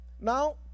Now